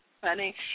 funny